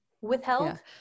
Withheld